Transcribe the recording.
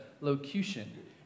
locution